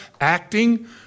acting